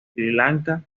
lanka